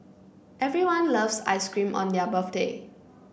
everyone loves ice cream on their birthday